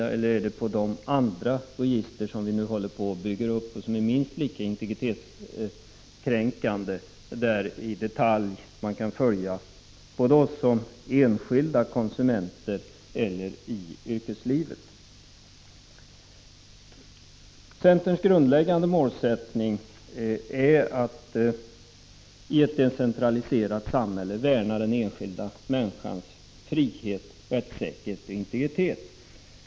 Man håller ju nu på att bygga upp nya, minst lika mycket integritetskränkande register som de hittills aktuella, register där man i detalj kan följa oss både som enskilda konsumenter och i yrkeslivet. Centerns grundläggande målsättning är att i ett decentraliserat samhälle värna den enskilda människans frihet, rättssäkerhet och integritet.